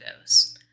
goes